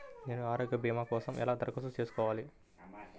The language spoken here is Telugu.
నేను ఆరోగ్య భీమా కోసం ఎలా దరఖాస్తు చేసుకోవాలి?